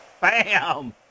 Bam